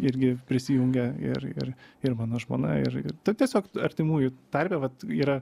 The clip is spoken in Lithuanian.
irgi prisijungia ir ir ir mano žmona ir ir taip tiesiog artimųjų tarpe vat yra